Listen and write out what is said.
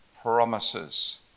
promises